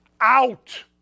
out